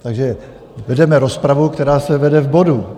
Takže vedeme rozpravu, která se vede v bodu.